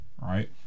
right